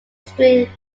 string